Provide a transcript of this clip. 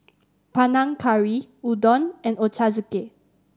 Panang Curry Udon and Ochazuke